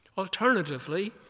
Alternatively